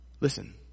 Listen